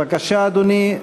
בבקשה, אדוני.